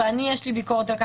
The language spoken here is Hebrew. ואני יש לי ביקורת על-כך,